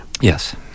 Yes